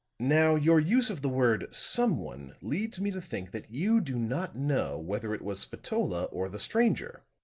now, your use of the word someone leads me to think that you do not know whether it was spatola or the stranger.